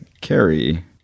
Carrie